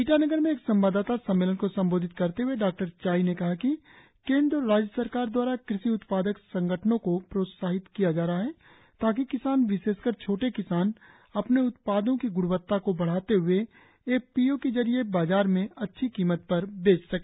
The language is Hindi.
ईटानगर में एक संवाददाता सम्मेलन को संबोधित करते हुए डॉ चाई ने कहा कि केंद्र और राज्य सरकार दवारा कृषि उत्पादक संगठनों को प्रोत्साहित किया जा रहा है ताकि किसान विशेषकर छोटे किसान अपने उत्पादों की ग्णवत्ता को बढ़ाते हए एफ पी ओ के जरिए बाजार में अच्छी कीमत पर बेच सके